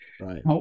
right